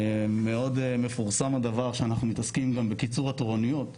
מאוד מפורסם הדבר שאנחנו מתעסקים גם בקיצור התורנויות.